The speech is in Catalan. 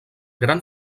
gran